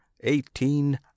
eighteen